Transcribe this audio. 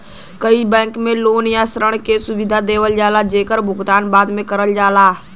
कई बैंक में लोन या ऋण क सुविधा देवल जाला जेकर भुगतान बाद में करल जाला